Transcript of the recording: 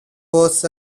was